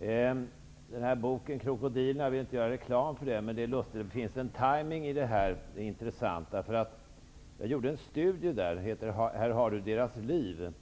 Jag vill inte göra reklam för boken ''Krokodilerna'', men det är lustigt att det här finns en intressant timing. Jag har i boken redovisat en studie som heter ''Här har du deras liv''.